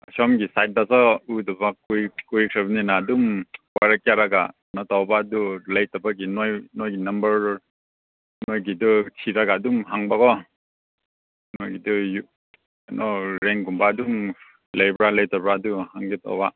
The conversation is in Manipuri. ꯑꯁꯣꯝꯒꯤ ꯁꯥꯏꯠꯇꯁꯨ ꯎꯗꯕ ꯀꯨꯏꯈ꯭ꯔꯕꯅꯤꯅ ꯑꯗꯨꯝ ꯄꯣꯔꯛꯀꯦ ꯍꯥꯏꯔꯒ ꯀꯩꯅꯣ ꯇꯧꯕ ꯑꯗꯨ ꯂꯩꯇꯕꯒꯤ ꯅꯣꯏ ꯅꯣꯏꯒꯤ ꯅꯝꯕꯔ ꯅꯣꯏꯒꯤꯗꯨ ꯊꯤꯔꯒ ꯑꯗꯨꯝ ꯍꯪꯕ ꯀꯣ ꯅꯣꯏꯒꯤꯗꯨ ꯀꯩꯅꯣ ꯔꯦꯟꯒꯨꯝꯕ ꯑꯗꯨꯝ ꯂꯩꯕ꯭ꯔꯥ ꯂꯩꯇꯕ꯭ꯔꯥ ꯑꯗꯨ ꯍꯪꯒꯦ ꯇꯧꯕ